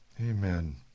Amen